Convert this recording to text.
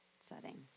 setting